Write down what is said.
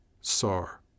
Sar